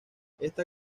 esta